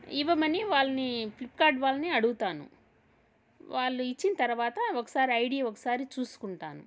ఇవ్వమని వాళ్ళని ఫ్లిప్కార్ట్లో వాళ్ళని అడుగుతాను వాళ్ళు ఇచ్చిన తర్వాత ఒకసారి ఐడి ఒకసారి చూసుకుంటాను